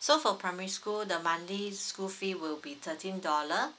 so for primary school the monthly school fee will be thirteen dollar